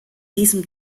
diesem